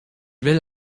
will